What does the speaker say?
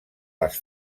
les